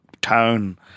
town